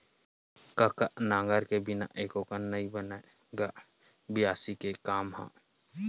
कका नांगर के बिना एको कन नइ बनय गा बियासी के काम ह?